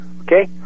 Okay